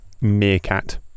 Meerkat